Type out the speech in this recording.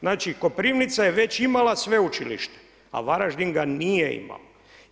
Znači, Koprivnica je već imala sveučilište, a Varaždin ga nije imao